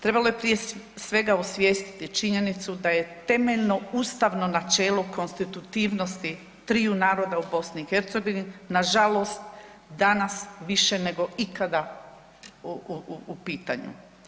Trebalo je prije svega osvijestiti činjenicu da je temeljno ustavno načelo konstitutivnosti triju naroda u BiH na žalost danas više nego ikada u pitanju.